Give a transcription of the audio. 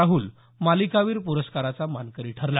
राहल मालिकावीर प्रस्काराचा मानकरी ठरला